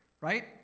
Right